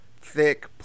thick